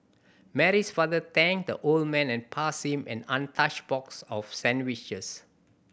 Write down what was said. Mary's father thanked the old man and passed him an untouched box of sandwiches